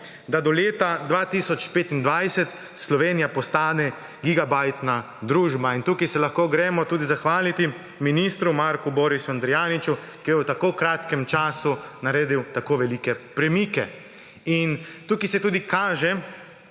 da do leta 2025 Slovenija postane gigabajtna družba. Tukaj se lahko gremo tudi zahvaliti ministru Marku Borisu Andrijaniču, ki je v tako kratkem času naredil tako velike premike. Tukaj se tudi kaže,